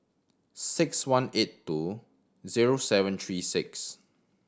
six one eight two zero seven three six